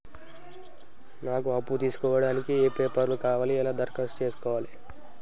నాకు అప్పు తీసుకోవడానికి ఏ పేపర్లు కావాలి ఎలా దరఖాస్తు చేసుకోవాలి?